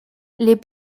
les